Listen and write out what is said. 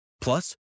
Plus